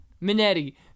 Minetti